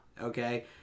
okay